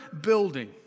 building